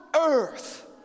earth